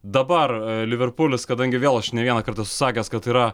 dabar liverpulis kadangi vėl aš ne vieną kartą sakęs kad yra